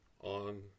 on